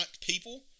people